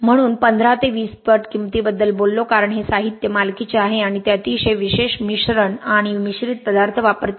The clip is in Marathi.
म्हणून 15 ते 20 पट किंमतीबद्दल बोललो कारण हे साहित्य मालकीचे आहे आणि ते अतिशय विशेष मिश्रण आणि मिश्रित पदार्थ वापरतात